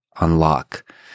Unlock